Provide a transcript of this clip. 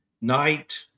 night